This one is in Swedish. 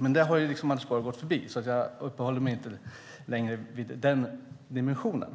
Men det har liksom Anders Borg gått förbi, så jag uppehåller mig inte längre vid den dimensionen.